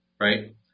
Right